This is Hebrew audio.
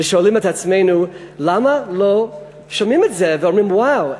ושואלים את עצמנו: למה לא שומעים את זה ואומרים: וואו,